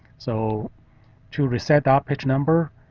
so to reset that page number,